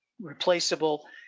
replaceable